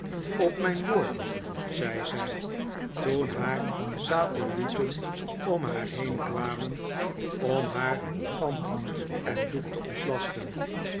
op mijn woord zei zij toen haar satellieten om haar heen kwamen om haar van hoed en doek te ontlasten